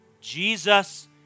Jesus